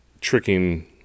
tricking